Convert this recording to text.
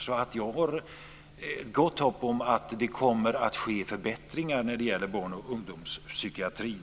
Så jag har gott hopp om att det kommer att ske förbättringar när det gäller barn och ungdomspsykiatrin.